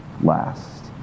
last